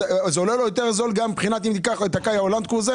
אז זה עולה לו יותר זול גם מבחינת אם ניקח את הקיה או לנדקרוזר,